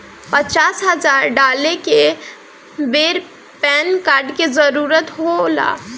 पचास हजार डाले के बेर पैन कार्ड के जरूरत होला का?